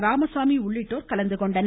ராமசாமி உள்ளிட்டோர் கலந்துகொண்டனர்